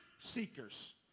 seekers